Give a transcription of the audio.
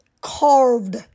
Carved